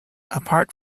apart